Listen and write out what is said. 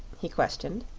he questioned.